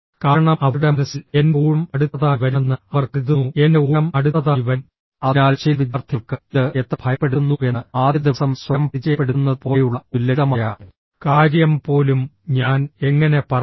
കാരണം അവരുടെ മനസ്സിൽ എൻ്റെ ഊഴം അടുത്തതായി വരുമെന്ന് അവർ കരുതുന്നു എൻ്റെ ഊഴം അടുത്തതായി വരും അതിനാൽ ചില വിദ്യാർത്ഥികൾക്ക് ഇത് എത്ര ഭയപ്പെടുത്തുന്നുവെന്ന് ആദ്യ ദിവസം സ്വയം പരിചയപ്പെടുത്തുന്നത് പോലെയുള്ള ഒരു ലളിതമായ കാര്യം പോലും ഞാൻ എങ്ങനെ പറയണം